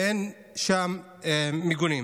ואין שם מיגונים.